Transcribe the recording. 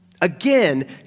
Again